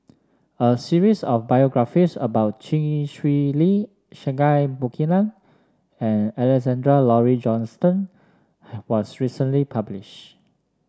a series of biographies about Chee Swee Lee Singai Mukilan and Alexander Laurie Johnston was recently published